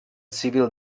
civil